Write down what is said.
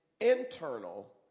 internal